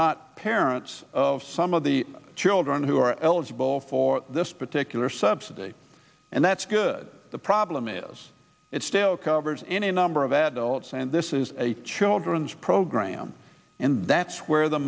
not parents of some of the children who are eligible for this particular subsidy and that's good the problem is it still covers any number of adults and this is a children's program and that's where the